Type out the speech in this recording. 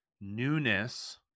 newness